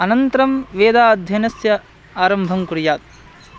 अनन्तरं वेद अध्ययनस्य आरम्भं कुर्यात्